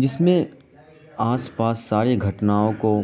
جس میں آس پاس سارے گھٹناؤں کو